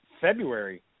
February